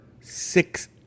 six